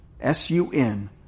S-U-N